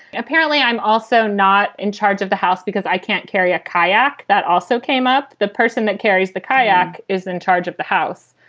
apparently, i'm also not in charge of the house because i can't carry a kayak. that also came up. the person that carries the kayak is in charge of the house.